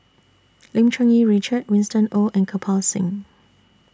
Lim Cherng Yih Richard Winston Oh and Kirpal Singh